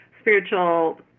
spiritual